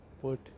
put